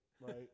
right